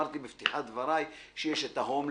אני אמרתי בפתיחת דבריי שיש את ההומלסים,